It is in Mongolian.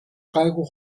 гайгүй